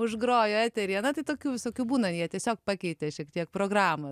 užgrojo eteryje na tai tokių visokių būna jie tiesiog pakeitė šiek tiek programą